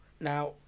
Now